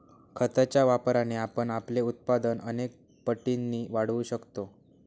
खताच्या वापराने आपण आपले उत्पादन अनेक पटींनी वाढवू शकतो